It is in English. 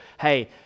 hey